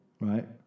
right